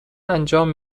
انجام